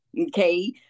Okay